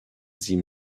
sie